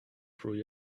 through